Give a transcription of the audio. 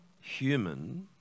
human